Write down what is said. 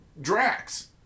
Drax